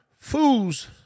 Fools